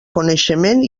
coneixement